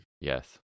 Yes